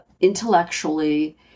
intellectually